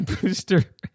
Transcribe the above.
Booster